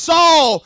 Saul